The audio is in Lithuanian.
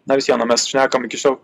na vis viena mes šnekam iki šiol